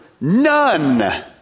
none